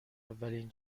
اولین